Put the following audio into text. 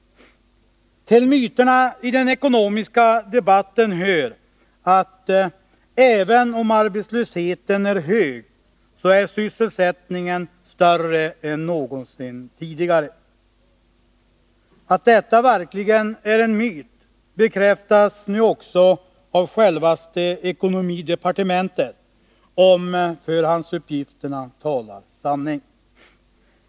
Till myterna i den ekonomiska debatten hör att ”även om arbetslösheten är hög, så är sysselsättningen större än någonsin tidigare”. Att detta verkligen är en myt bekräftas nu också av självaste ekonomidepartementet, om förhandsuppgifterna talar sanning.